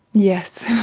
yes.